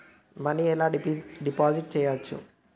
Money ఎలా deposit చేయచ్చు?